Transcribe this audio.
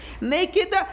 Naked